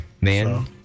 Man